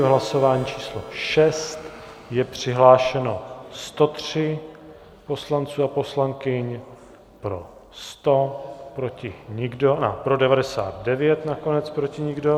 V hlasování číslo 6 je přihlášeno 103 poslanců a poslankyň, pro 100, proti nikdo... pro 99 nakonec, proti nikdo.